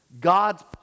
God's